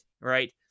right